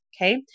Okay